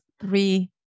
three